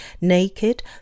naked